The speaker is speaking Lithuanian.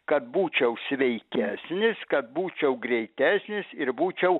kad būčiau sveikesnis kad būčiau greitesnis ir būčiau